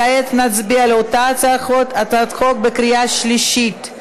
כעת נצביע על אותה הצעת חוק בקריאה שלישית.